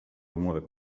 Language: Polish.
wymówek